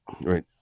Right